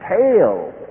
tail